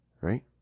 right